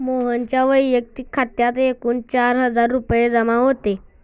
मोहनच्या वैयक्तिक खात्यात एकूण चार हजार रुपये जमा होते